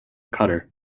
qatar